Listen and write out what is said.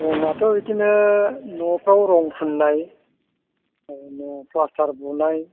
दङआथ' बिदिनो न'फ्राव रं फुन्नाय ओरैनो प्लास्टार बुनाय